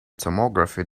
tomography